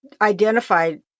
identified